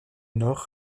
nord